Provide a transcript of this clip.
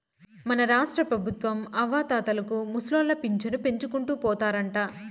మన రాష్ట్రపెబుత్వం అవ్వాతాతలకు ముసలోళ్ల పింఛను పెంచుకుంటూ పోతారంట